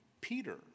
Peter